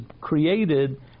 created